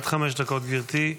גברתי, עד חמש דקות לרשותך.